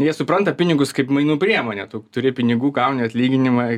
jie supranta pinigus kaip mainų priemonę tu turi pinigų gauni atlyginimą